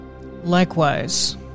Likewise